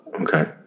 Okay